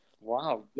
Wow